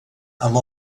amb